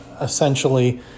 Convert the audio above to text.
essentially